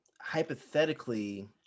hypothetically